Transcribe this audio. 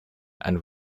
and